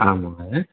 आं महोदय